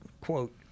quote